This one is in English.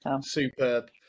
Superb